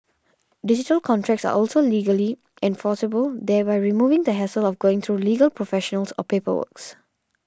digital contracts are also legally enforceable thereby removing the hassle of going through legal professionals or paperwork's